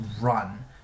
run